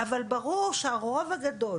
אבל ברור שהרוב הגדול